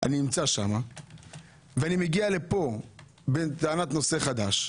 אני נמצא שם ואני מגיע לפה בטענת נושא חדש,